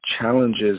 challenges